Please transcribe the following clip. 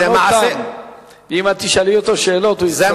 תשאלי אותו שאלות הוא יצטרך להמשיך לדבר.